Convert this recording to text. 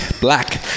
black